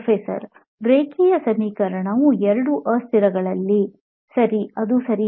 ಪ್ರೊಫೆಸರ್ರೇಖೀಯ ಸಮೀಕರಣವು ಎರಡು ಅಸ್ಥಿರಗಳಲ್ಲಿ ಸರಿ ಅದು ಸರಿಯಾಗಿದೆ